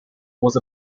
was